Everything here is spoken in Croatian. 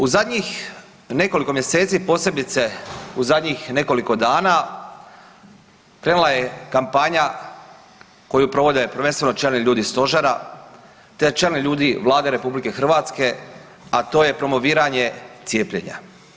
U zadnjih nekoliko mjeseci, posebice u zadnjih nekoliko dana krenula je kampanja koju provode prvenstveno čelni ljudi stožera te čelni ljudi Vlade RH, a to je promoviranje cijepljenja.